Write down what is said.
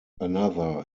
another